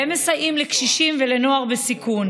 והם מסייעים לקשישים ולנוער בסיכון.